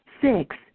Six